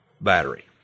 battery